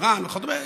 איראן וכדומה.